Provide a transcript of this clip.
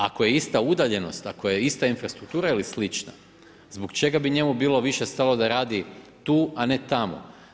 Ako je ista udaljenost, ako je ista infrastruktura ili slično, zbog čega bi njemu bilo više stalo da radi tu a ne tamo.